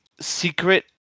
secret